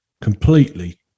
completely